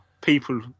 people